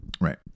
Right